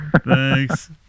thanks